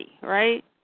right